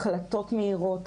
החלטות מהירות,